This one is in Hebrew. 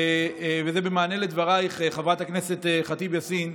וזה במענה על דברייך, חברת הכנסת ח'טיב יאסין,